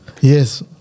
Yes